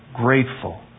grateful